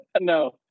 no